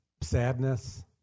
sadness